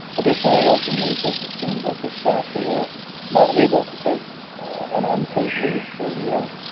additionally, our human resources team work with staff who are not able to take an unpaid leave for a year.